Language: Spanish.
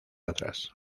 atrás